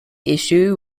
issue